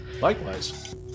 likewise